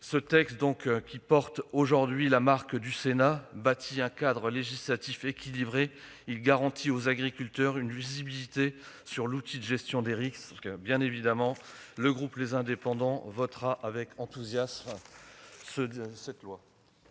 Ce texte, qui porte aujourd'hui la marque du Sénat, bâtit un cadre législatif équilibré et garantit aux agriculteurs une lisibilité sur l'outil de gestion des risques. Bien évidemment, le groupe Les Indépendants votera avec enthousiasme en